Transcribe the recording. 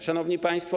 Szanowni Państwo!